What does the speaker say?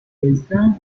beltrán